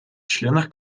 членах